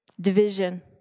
division